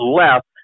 left